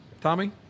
Tommy